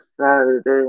Saturday